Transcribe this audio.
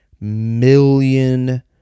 million